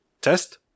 test